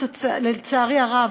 לצערי הרב,